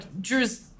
Drew's